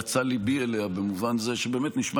יצא ליבי אליה במובן זה שבאמת זה נשמע